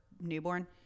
newborn